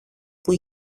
που